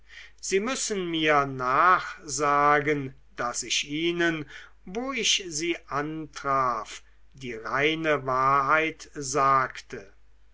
sie müssen mir nachsagen daß ich ihnen wo ich sie antraf die reine wahrheit sagte